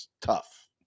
tough